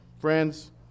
Friends